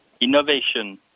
innovation